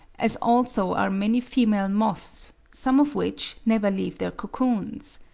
as also are many female moths, some of which never leave their cocoons.